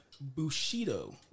Bushido